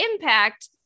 impact